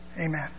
Amen